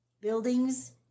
buildings